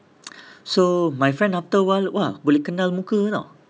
so my friend after a while !wah! boleh kenal muka tahu